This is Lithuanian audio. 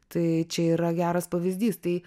tai čia yra geras pavyzdys tai